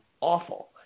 awful